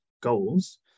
goals